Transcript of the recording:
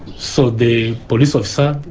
so the police officer,